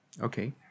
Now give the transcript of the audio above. Okay